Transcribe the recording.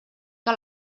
que